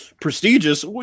prestigious